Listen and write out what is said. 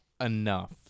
enough